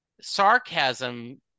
sarcasm